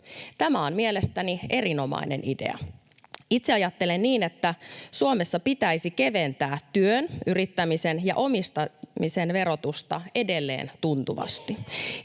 Tämä on mielestäni erinomainen idea. Itse ajattelen niin, että Suomessa pitäisi keventää työn, yrittämisen ja omistamisen verotusta edelleen tuntuvasti.